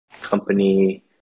company